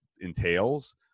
entails